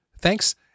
Thanks